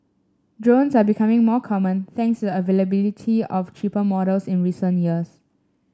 drones are becoming more common thanks the availability of cheaper models in recent years